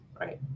right